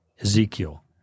Ezekiel